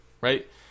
right